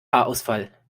haarausfall